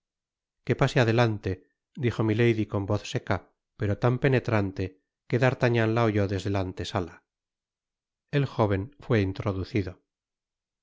que pase adelante dijo milady con voz seca pero tan penetrante que d'artagnan la oyó desde la antesala el jóven fué introducido